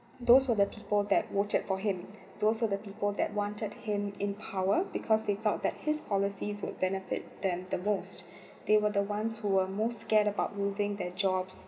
those were the people that voted for him those are the people that wanted him in power because they felt that his policies will benefit them the most they were the ones who are most scared about losing their jobs